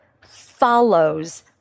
follows